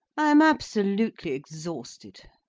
i am absolutely exhausted.